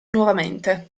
nuovamente